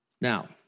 Now